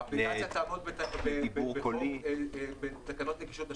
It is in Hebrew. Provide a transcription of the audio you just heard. האפליקציה תעמוד בתקנות הנגישות בשירות.